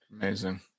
Amazing